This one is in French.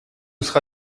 sera